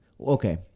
okay